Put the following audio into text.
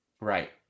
Right